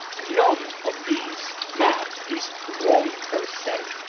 none of these maps is wrong, per se.